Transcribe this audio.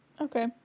Okay